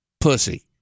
pussy